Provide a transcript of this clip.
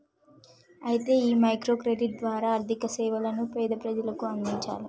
అయితే ఈ micro credit ద్వారా ఆర్థిక సేవలను పేద ప్రజలకు అందించాలి